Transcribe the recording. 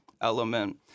element